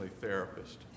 therapist